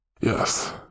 Yes